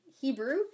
Hebrew